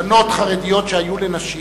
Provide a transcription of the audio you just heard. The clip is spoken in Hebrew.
בנות חרדיות שהיו לנשים,